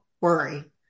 worry